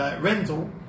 rental